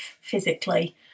physically